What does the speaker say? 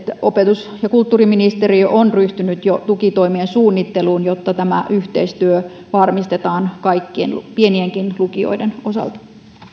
opetus ja kulttuuriministeriö on jo ryhtynyt tukitoimien suunnitteluun jotta tämä yhteistyö varmistetaan kaikkien pienienkin lukioiden osalta